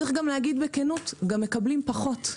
צריך גם להגיד בכנות: גם מקבלים פחות.